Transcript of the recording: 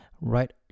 right